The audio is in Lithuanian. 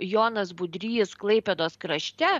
jonas budrys klaipėdos krašte